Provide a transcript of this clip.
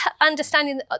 understanding